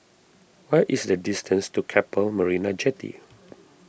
what is the distance to Keppel Marina Jetty